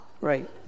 Right